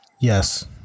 yes